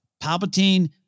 palpatine